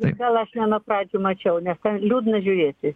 tai gal aš ne nuo pradžių mačiau nes ten liūdna žiūrėti